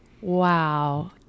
Wow